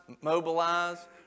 mobilize